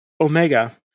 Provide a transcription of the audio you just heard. Omega